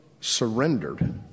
surrendered